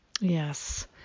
Yes